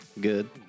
Good